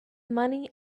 money